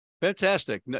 Fantastic